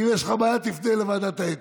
אם יש לך בעיה, תפנה לוועדת האתיקה.